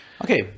Okay